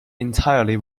entirely